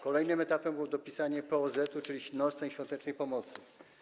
Kolejnym etapem było dopisanie POZ-u, czyli nocnej i świątecznej pomocy.